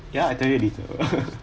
ya I tell you later